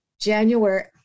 January